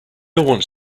want